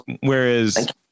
Whereas